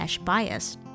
Bias